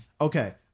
Okay